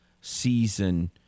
season